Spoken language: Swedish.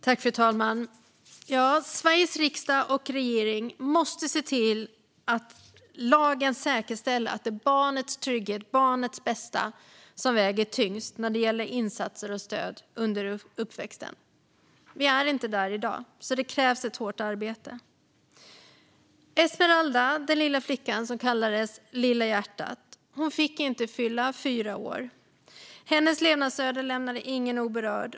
Fru talman! Sveriges riksdag och regering måste se till att lagen säkerställer att det är barnets trygghet och barnets bästa som väger tyngst när det gäller insatser och stöd under uppväxten. Vi är inte där i dag, så det krävs ett hårt arbete. Esmeralda, den lilla flickan som kallades "Lilla hjärtat", fick inte fylla fyra år. Hennes levnadsöde lämnade ingen oberörd.